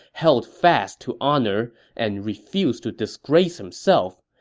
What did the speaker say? held fast to honor and refused to disgrace himself,